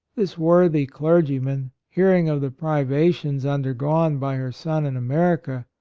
this worthy clergyman, hearing of the privations under gone by her son in america,